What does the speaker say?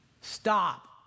stop